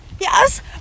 Yes